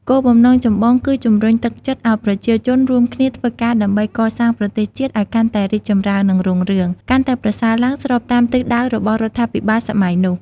គោលបំណងចម្បងគឺជំរុញទឹកចិត្តឱ្យប្រជាជនរួមគ្នាធ្វើការដើម្បី កសាងប្រទេសជាតិឲ្យកាន់តែរីកចម្រើន និងរុងរឿង កាន់តែប្រសើរឡើង ស្របតាមទិសដៅរបស់រដ្ឋាភិបាលសម័យនោះ។